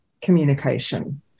communication